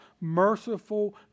merciful